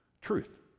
Truth